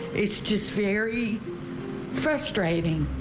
it's just very frustrated.